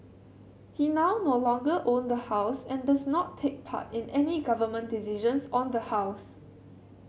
he now no longer own the house and does not take part in any Government decisions on the house